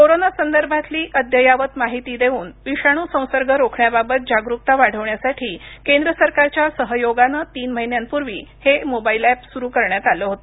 corona संदर्भातली अद्ययावत माहिती देऊन विषाणू संसर्ग रोखण्याबाबत जागरूकता वाढवण्यासाठी केंद्र सरकारच्या सहयोगानं तीन महिन्यांपूर्वी हे मोबाईल एप सुरू करण्यात आल होत